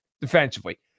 defensively